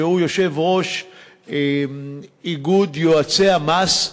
שהוא יושב-ראש לשכת יועצי המס,